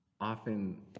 Often